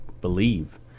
believe